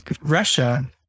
Russia